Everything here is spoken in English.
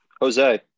Jose